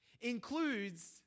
includes